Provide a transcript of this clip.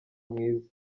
mwiza